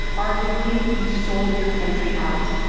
arguably you sold your country out.